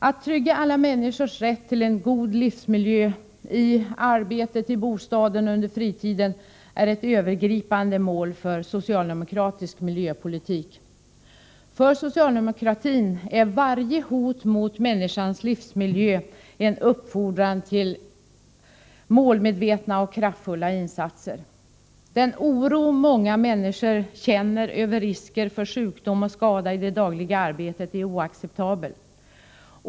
Att trygga alla människors rätt till en god livsmiljö — i arbetet, i bostaden, på fritiden — är ett övergripande mål för socialdemokratisk miljöpolitik. För socialdemokratin är varje hot mot människans livsmiljö en uppfordran till målmedvetna och kraftfulla insatser. Den oro många människor känner över risker för sjukdom och skada i det dagliga arbetet är oacceptabel.